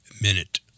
minute